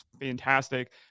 fantastic